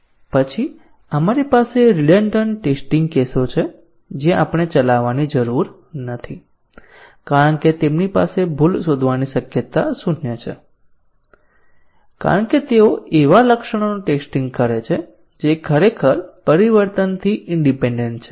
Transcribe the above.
પછી આપણી પાસે રીડન્ડન્ટ ટેસ્ટીંગ કેસો છે જે આપણે ચલાવવાની જરૂર નથી કારણ કે તેમની પાસે ભૂલ શોધવાની શક્યતા શૂન્ય છે કારણ કે તેઓ એવા લક્ષણોનું ટેસ્ટીંગ કરે છે જે ખરેખર પરિવર્તનથી ઈન્ડીપેન્ડન્ટ છે